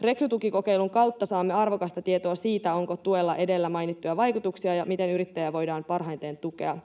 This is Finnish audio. Rekrytukikokeilun kautta saamme arvokasta tietoa siitä, onko tuella edellä mainittuja vaikutuksia ja miten yrittäjiä voidaan parhaiten tukea.